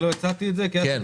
נמשיך את הדיון מחר בשעה 10:00,